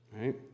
Right